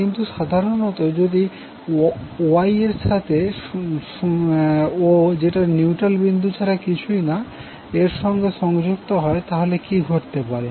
কিন্তু সাধারণত যদি Y এর সাথে o যেটা নিউট্রাল বিন্দু ছাড়া কিছুই না এর সঙ্গে সংযুক্ত হয় তাহলে কি ঘটতে পারে